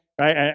right